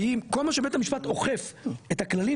כי אם כל זמן שבית המשפט אוכף את הכללים